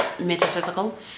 metaphysical